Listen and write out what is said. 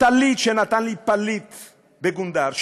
טלית שנתן לי פליט בגונדר,